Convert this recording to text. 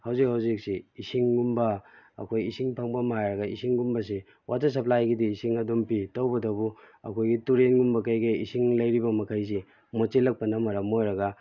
ꯍꯧꯖꯤꯛ ꯍꯧꯖꯤꯛꯁꯤ ꯏꯁꯤꯡꯒꯨꯝꯕ ꯑꯩꯈꯣꯏ ꯏꯁꯤꯡ ꯐꯪꯐꯝ ꯍꯥꯏꯔꯒ ꯏꯁꯤꯡꯒꯨꯝꯕꯁꯤ ꯋꯥꯇꯔ ꯁꯄ꯭ꯂꯥꯏꯒꯤꯗꯤ ꯏꯁꯤꯡ ꯑꯗꯨꯝ ꯄꯤ ꯇꯧꯕꯇꯕꯨ ꯑꯩꯈꯣꯏꯒꯤ ꯇꯨꯔꯦꯜꯒꯨꯝꯕ ꯀꯩꯀꯩ ꯏꯁꯤꯡ ꯂꯩꯔꯤꯕ ꯃꯈꯩꯁꯤ ꯃꯣꯠꯁꯤꯜꯂꯛꯄꯅ ꯃꯔꯝ ꯑꯣꯏꯔꯒ